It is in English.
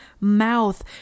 mouth